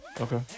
Okay